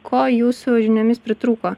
ko jūsų žiniomis pritrūko